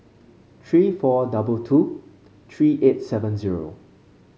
three four double two three eight seven zero